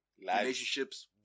relationships